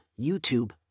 YouTube